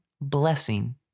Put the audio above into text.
blessing